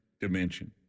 dimension